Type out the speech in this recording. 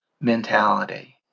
mentality